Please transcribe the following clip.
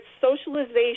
Socialization